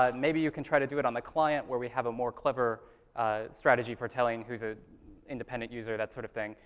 um maybe you can try to do it on the client where we have a more clever ah strategy for telling who's an ah independent user, that sort of thing.